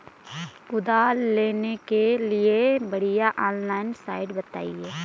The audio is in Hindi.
कुदाल लेने के लिए बढ़िया ऑनलाइन साइट बतायें?